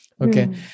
Okay